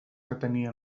retenia